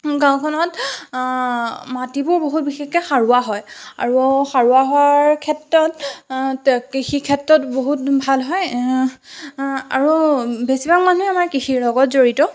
গাওঁখনত মাটিবোৰ বহুত বিশেষকৈ সাৰুৱা হয় আৰু সাৰুৱা হোৱাৰ ক্ষেত্ৰত কৃষি ক্ষেত্ৰত বহুত ভাল হয় আৰু বেছিভাগ মানুহে আমাৰ কৃষিৰ লগত জড়িত